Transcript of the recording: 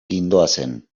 gindoazen